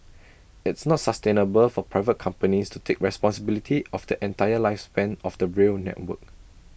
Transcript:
it's not sustainable for private companies to take responsibility of the entire lifespan of the rail network